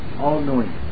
all-knowing